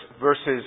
versus